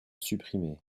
supprimées